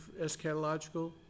eschatological